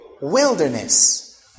Wilderness